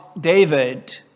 David